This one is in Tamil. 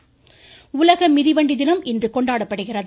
மிதிவண்டி தினம் உலக மிதிவண்டி தினம் இன்று கொண்டாடப்படுகிறது